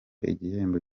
igihembo